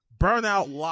Burnout